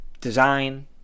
design